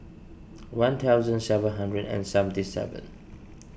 one thousand seven hundred and seventy seven